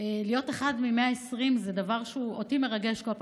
להיות אחת מ-120 זה דבר שאותי מרגש כל פעם